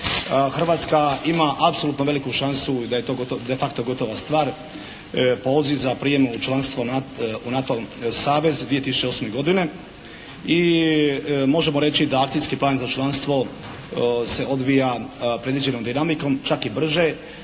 Hrvatska ima apsolutno veliku šansu i da je to de facto gotova stvar, poziv za prijem u članstvo u NATO savez 2008. godine i možemo reći da akcijski plan za članstvo se odvija predviđenom dinamikom čak i brže.